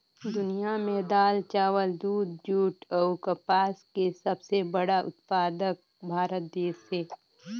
दुनिया में दाल, चावल, दूध, जूट अऊ कपास के सबले बड़ा उत्पादक भारत देश हे